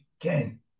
again